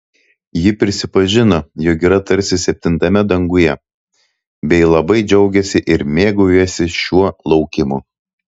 ji prisipažino jog yra tarsi septintame danguje bei labai džiaugiasi ir mėgaujasi šiuo laukimu